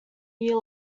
year